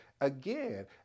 again